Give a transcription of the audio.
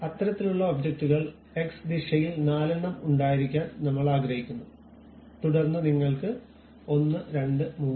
അത്തരത്തിലുള്ള ഒബ്ജക്റ്റുകൾ എക്സ് ദിശയിൽ നാലെണ്ണം ഉണ്ടായിരിക്കാൻ നമ്മൾ ആഗ്രഹിക്കുന്നു തുടർന്ന് നിങ്ങൾക്ക് 1 2 3 4